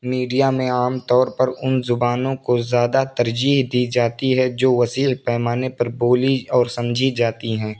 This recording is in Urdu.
میڈیا میں عام طور پر ان زبانوں کو زیادہ ترجیح دی جاتی ہے جو وسیع پیمانے پر بولی اور سمجھی جاتی ہیں